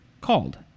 called